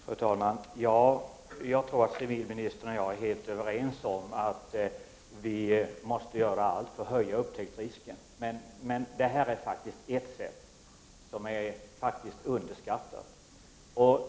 Fru talman! Jag tror att civilministern och jag är helt överens om att vi måste göra allt för att öka upptäcktsrisken. Det här är ett sätt, som faktiskt är underskattat.